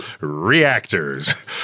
reactors